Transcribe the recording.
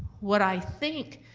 what i think